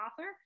Author